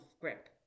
grip